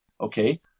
Okay